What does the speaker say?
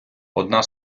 одна